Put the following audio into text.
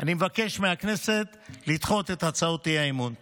אני מבקש מהכנסת לדחות את הצעות האי-אמון.